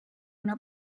una